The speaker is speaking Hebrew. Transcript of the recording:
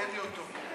כי אין לי אותו פה.